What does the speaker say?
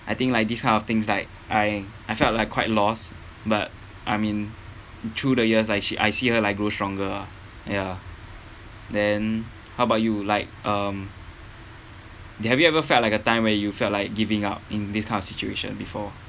I think like this kind of things like I I felt like quite lost but I mean through the years like she I see her like grow stronger ah ya then how about you like uh have you ever felt like a time where you felt like giving up in this kind of situation before